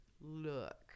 look